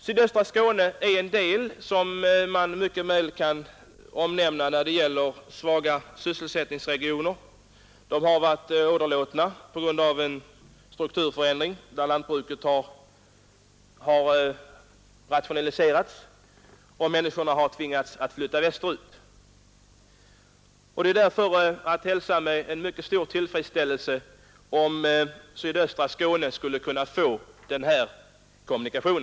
Sydöstra Skåne är ett område som man mycket väl kan nämna då det är tal om regioner med svag sysselsättning. Området har åderlåtits av en strukturförändring, som inneburit att lantbruket rationaliserats och människorna tvingats att flytta västerut. Det är därför att hälsa med stor tillfredsställelse om sydöstra Skåne skulle få denna kommunikation.